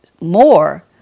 more